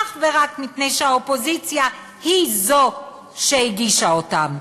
אך ורק מפני שהאופוזיציה היא שהגישה אותם.